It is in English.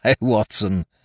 Watson